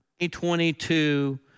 2022